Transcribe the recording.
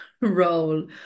role